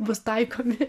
bus taikomi